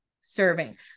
serving